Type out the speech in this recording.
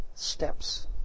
Steps